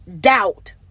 doubt